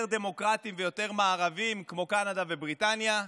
דמוקרטים ויותר מערביים כמו קנדה ובריטניה,